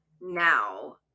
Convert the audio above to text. now